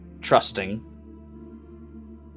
trusting